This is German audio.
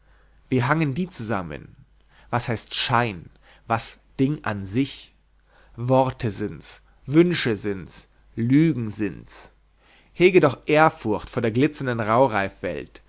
wie hangen die zusammen was heißt schein was ding an sich worte sind's wünsche sind's lügen sind's hege doch ehrfurcht vor der glitzernden